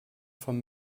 vom